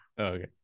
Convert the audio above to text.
Okay